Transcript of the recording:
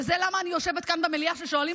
וזה למה אני יושבת כאן במליאה ושואלים